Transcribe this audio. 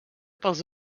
pels